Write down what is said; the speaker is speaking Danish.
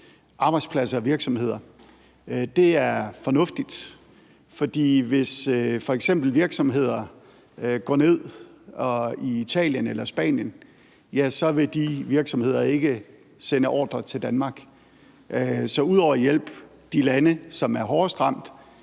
arbejdspladser og virksomheder. Det er fornuftigt, for hvis f.eks. virksomheder går ned i Italien eller Spanien, vil de virksomheder ikke sende ordrer til Danmark. Så ud over at hjælpe de lande, som er hårdest ramt,